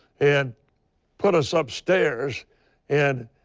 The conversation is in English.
an put us upstairs and.